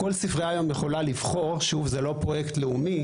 כל ספרייה היום יכולה לבחור זה לא פרויקט לאומי,